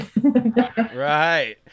Right